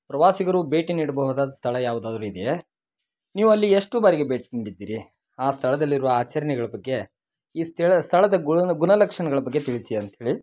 ಪ್ರವಾಸಿಗರು ಭೇಟಿ ನೀಡ್ಬಹುದಾದ ಸ್ಥಳ ಯಾವುದಾದರು ಇದೆಯೇ ನೀವಲ್ಲಿ ಎಷ್ಟು ಬಾರಿಗೆ ಭೇಟಿ ನೀಡಿದ್ದೀರಿ ಆ ಸ್ಥಳದಲ್ಲಿರುವ ಆಚರಣೆಗಳ ಬಗ್ಗೆ ಈ ಸ್ಥಳ ಸ್ಥಳದ ಗುಣಲಕ್ಷಣಗಳ ಬಗ್ಗೆ ತಿಳಿಸಿ ಅಂತ್ಹೇಳಿ